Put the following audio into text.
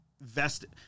vested